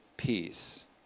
peace